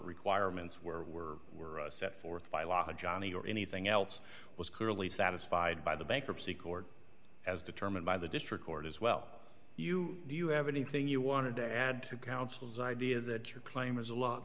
requirements were were set forth by law johnny or anything else was clearly satisfied by the bankruptcy court as determined by the district court as well you do you have anything you wanted to add to counsel's idea that your claim was a lot